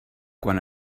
quan